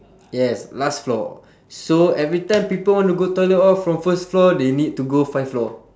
yes last floor so every time people want to go toilet all from first floor they need to go five floor